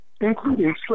including